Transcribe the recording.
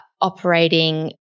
operating